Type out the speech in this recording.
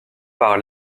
par